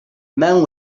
man